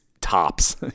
Tops